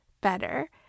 better